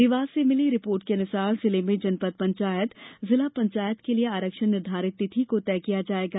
देवास से मिली रिपोर्ट के अनुसार जिले में जनपद पंचायत जिला पंचायत के लिए आरक्षण निर्धारित तिथि को तय किया जाएगा